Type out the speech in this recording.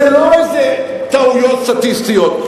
זה לא איזה טעויות סטטיסטיות,